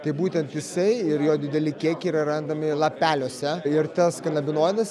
tai būtent jisai ir jo dideli kiekiai yra randami lapeliuose ir tas kanabinoidas